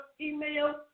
email